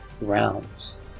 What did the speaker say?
rounds